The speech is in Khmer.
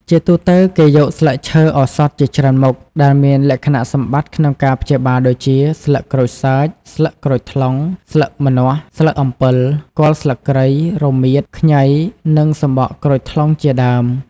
ជាទូទៅ គេយកស្លឹកឈើឱសថជាច្រើនមុខ ដែលមានលក្ខណៈសម្បត្តិក្នុងការព្យាបាលដូចជា ស្លឹកក្រូចសើច ស្លឹកក្រូចថ្លុង ស្លឹកម្នាស់ ស្លឹកអំពិល គល់ស្លឹកគ្រៃ រមៀត ខ្ញី និងសំបកក្រូចថ្លុងជាដើម។